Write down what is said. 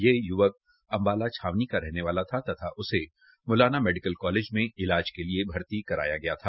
ये य्वक अम्बाला छावनी का रहने वाला था तथा उसे मुलाना मेडिकल कालेज में ईलाज के लिए भर्ती कराया गया था